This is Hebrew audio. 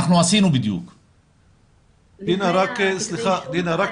דינה, רק